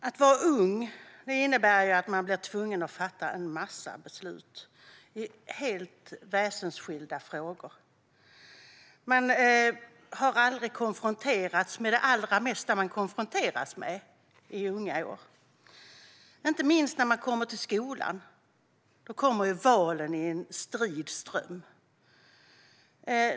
Fru talman! Att vara ung innebär att man blir tvungen att fatta beslut om frågor och saker som man aldrig tidigare konfronterats med. Inte minst i skolan kommer valen i en strid ström.